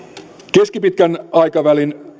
keskipitkän aikavälin